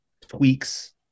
tweaks